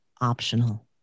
optional